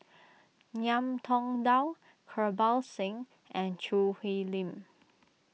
Ngiam Tong Dow Kirpal Singh and Choo Hwee Lim